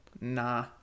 nah